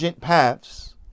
paths